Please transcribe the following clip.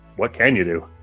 what can you do?